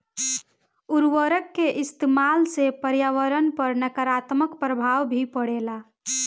उर्वरक के इस्तमाल से पर्यावरण पर नकारात्मक प्रभाव भी पड़ेला